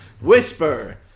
Whisper